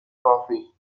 coffee